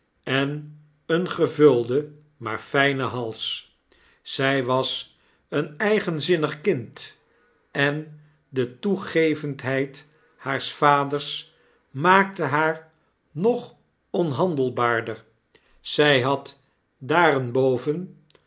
en een gevuldenmaarfijnenhals zy was een eigenzinnig kind en detoegevendheid haars vaders maakte haar nog onhandelbaarder zij had